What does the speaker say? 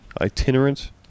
itinerant